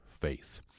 faith